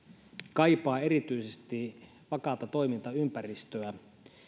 kaipaavat erityisesti vakaata toimintaympäristöä